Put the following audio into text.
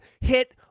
hit